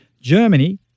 Germany